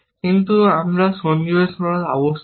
কিন্তু আমরা সন্নিবেশ করা আবশ্যক